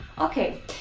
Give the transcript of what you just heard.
okay